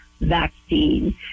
vaccine